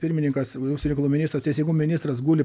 pirmininkas vidaus reikalų ministras teisingumo ministras guli